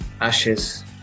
Ashes